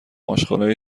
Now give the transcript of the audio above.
آشغالای